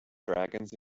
dragons